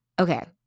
Okay